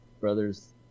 brothers